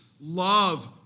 love